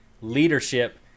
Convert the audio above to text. leadership